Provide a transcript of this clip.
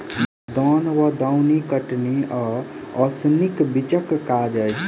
दौन वा दौनी कटनी आ ओसौनीक बीचक काज अछि